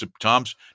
Tom's